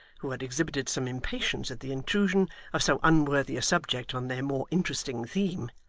who had exhibited some impatience at the intrusion of so unworthy a subject on their more interesting theme,